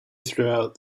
throughout